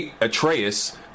Atreus